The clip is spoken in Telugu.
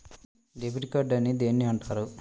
డెబిట్ కార్డు అని దేనిని అంటారు?